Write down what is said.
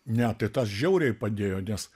ne tai tas žiauriai padėjo nes